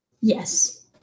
Yes